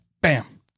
bam